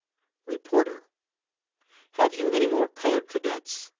reporter have you any more colored cadets?